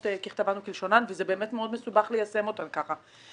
ככתבן וכלשונן וזה באמת מאוד מסובך ליישם אותן כך.